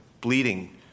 bleeding